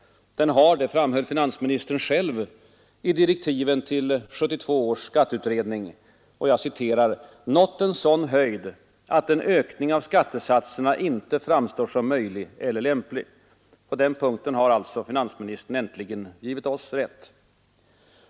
Den har — det framhöll finansministern själv i direktiven till 1972 års skatteutredning — ”nått en sådan höjd att en ökning av skattesatserna inte framstår som möjlig eller lämplig”. På den punkten har alltså finansministern äntligen givit oss rätt.